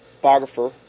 biographer